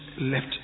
left